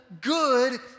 good